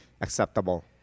acceptable